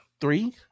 three